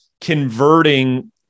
converting